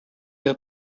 der